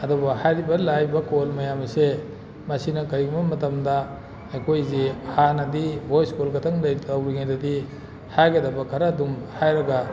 ꯑꯗꯨꯕꯨ ꯍꯥꯏꯔꯤꯕ ꯂꯥꯛꯏꯕ ꯀꯣꯜ ꯃꯌꯥꯝ ꯑꯁꯦ ꯃꯁꯤꯅ ꯀꯔꯤꯒꯨꯝꯕ ꯃꯇꯝꯗ ꯑꯩꯈꯣꯏꯁꯦ ꯍꯥꯟꯅꯗꯤ ꯚꯣꯏꯁ ꯀꯣꯜ ꯈꯛꯇꯪ ꯇꯧꯔꯤꯉꯩꯗꯗꯤ ꯍꯥꯏꯒꯗꯕ ꯈꯔ ꯑꯗꯨꯝ ꯍꯥꯏꯔꯒ